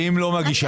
ואם היא לא מגישה?